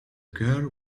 girl